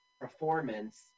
Performance